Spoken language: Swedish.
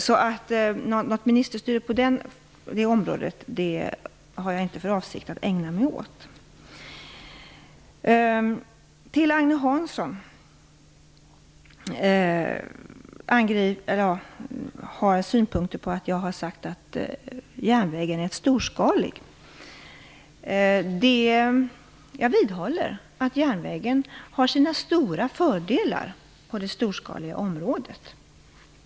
Jag har alltså inte för avsikt att ägna mig åt något ministerstyre på det området. Agne Hansson har synpunkter på att jag har sagt att järnvägen är storskalig. Jag vidhåller att järnvägen har sina stora fördelar på det storskaliga området.